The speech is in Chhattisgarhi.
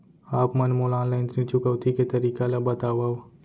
आप मन मोला ऑनलाइन ऋण चुकौती के तरीका ल बतावव?